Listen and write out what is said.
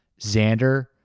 Xander